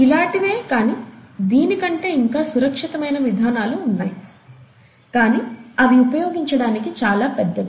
ఇలాటివే కానీ దీని కంటే ఇంకా సురక్షితమైన విధానాలు ఉన్నాయి కానీ అవి ఉపయోగించడానికి చాలా పెద్దవి